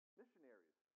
missionaries